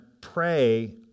pray